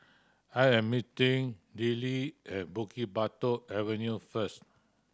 I am meeting Dillie at Bukit Batok Avenue first